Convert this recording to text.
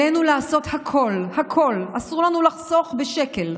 עלינו לעשות הכול, הכול, אסור לנו לחסוך בשקל,